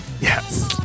Yes